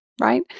right